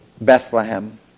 Bethlehem